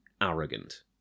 arrogant